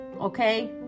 Okay